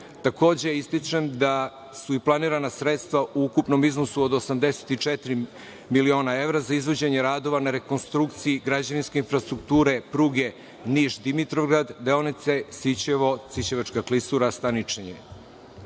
evra. Takođe, ističem da su i planirana sredstva u ukupnom iznosu od 64 miliona evra za izvođenje radova na rekonstrukciji građevinskih infrastruktura, pruge Niš – Dimitrovgrad, deonice Sićevo, Sićevačka klisura, Staničenje.